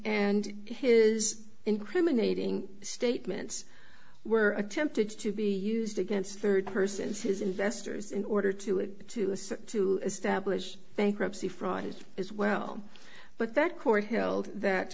and his incriminating statements were attempted to be used against third persons his investors in order to it to assert to establish bankruptcy fraud as well but that court held that